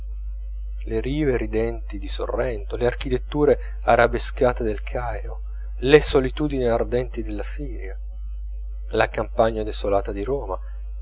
le rive ridenti di sorrento le architetture arabescate del cairo le solitudini ardenti della siria la campagna desolata di roma